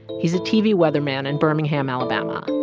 he's a tv weatherman in birmingham, ala. but um ah